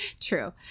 true